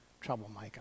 troublemaker